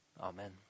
Amen